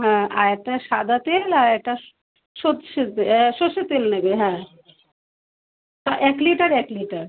হ্যাঁ আরেকটা সাদা তেল আরেকটা সর্ষের তে সর্ষের তেল লিখবে হ্যাঁ এক লিটার এক লিটার